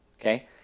Okay